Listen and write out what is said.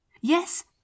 Yes